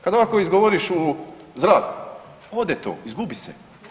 Kad ovako izgovoriš u zraku, ode to, izgubi se.